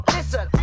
Listen